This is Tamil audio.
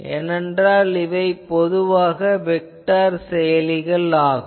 ஏனென்றால் இவை பொதுவாக வெக்டார் செயலிகள் ஆகும்